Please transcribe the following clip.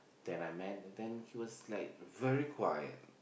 that I met then he was like very quiet